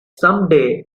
someday